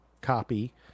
copy